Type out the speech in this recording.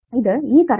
ഇത് ഈ കറണ്ട്